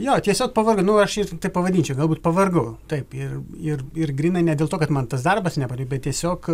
jo tiesiog pavargo nu aš ir taip pavadinčiau galbūt pavargau taip ir ir ir grynai ne dėl to kad man tas darbas nepatiko bet tiesiog